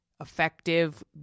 Effective